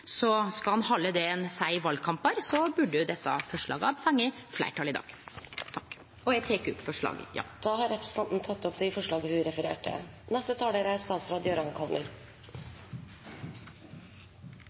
Skal ein halde det ein seier i valkampar, burde desse forslaga fått fleirtal i dag. Eg tek opp forslaga. Representanten Lene Vågslid har tatt opp de forslagene hun refererte til. Stortingets rettferdsvederlagsordning er